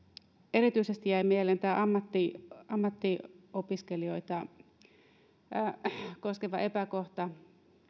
erityisesti jäi mieleen tämä ammattiopiskelijoita koskeva epäkohta